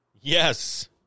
yes